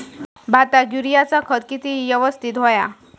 भाताक युरियाचा खत किती यवस्तित हव्या?